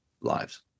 lives